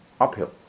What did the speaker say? uphill